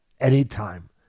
anytime